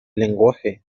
lenguaje